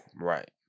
Right